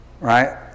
right